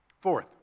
Fourth